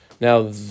Now